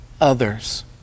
others